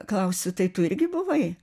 klausiu tai tu irgi buvai